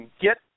get